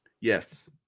Yes